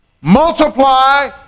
multiply